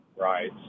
Right